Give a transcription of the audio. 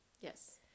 Yes